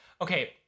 okay